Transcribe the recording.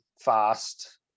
fast